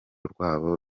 rwabo